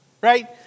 right